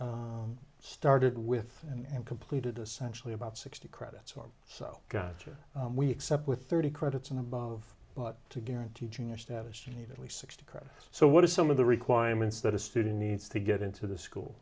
started with and completed essentially about sixty credits or so after we accept with thirty credits and above but to guarantee junior status you need at least sixty credit so what are some of the requirements that a student needs to get into the school